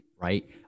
Right